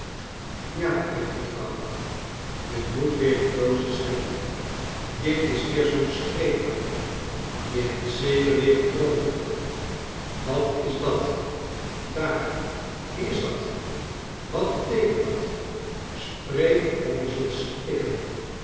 ja affery vrouw je moet weer een dosis hebben dit is weer zoom streek van je je hebt zeker weer gedroomd vrouw wat is dat daar wie is dat wat beteekent dat spreek of je zult stikkenl